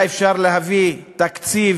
אפשר היה להביא תקציב